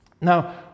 Now